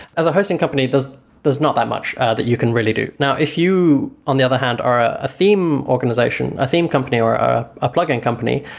as a hosting company, there's there's not that much that you can really do. now, if you on the other hand are a a theme organization, a theme company, or a blogging company,